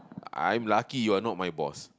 I'm lucky you're not my boss